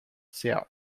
social